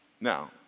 Now